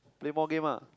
play more game lah